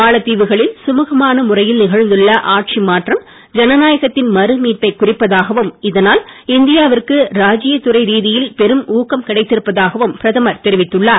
மாலத்தீவுகளில் சுமுகமான முறையில் நிகழ்ந்துள்ள ஆட்சி மாற்றம் ஜனநாயகத்தின் மறு மீட்பை குறிப்பதாகவும் இதனால் இந்தியாவிற்கு ராஜீய் துறை ரீதியில் பெரும் ஊக்கம் கிடைத்திருப்பதாகவும் பிரதமர் தெரிவித்துள்ளார்